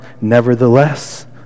Nevertheless